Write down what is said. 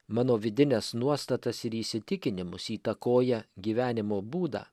mano vidines nuostatas ir įsitikinimus įtakoja gyvenimo būdą